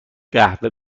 قهوه